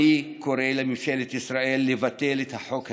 אני קורא לממשלת ישראל לבטל את החוק הזה.